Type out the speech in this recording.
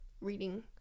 reading